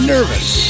Nervous